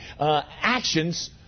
actions